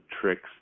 tricks